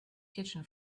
kitchen